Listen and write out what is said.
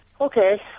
Okay